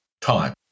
time